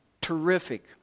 terrific